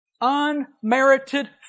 unmerited